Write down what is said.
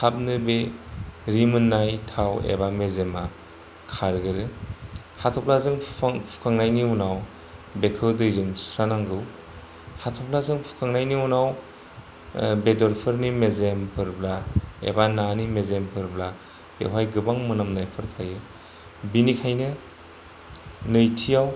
थाबनो बे रिमोननाय थाव एबा मेजेमा खारग्रोयो हाथ'फ्लाजों फुखांनायनि उनाव बेखौ दैजों सुस्रानांगौ हाथ'फ्लाजों सुखांनायनि उनाव बेदरफोरनि मेजेमफोरब्ला एबा नानि मेजेमफोरब्ला बेवहाय गोबां मोनामनायफोर थायो बेनिखायनो नैथियाव